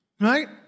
Right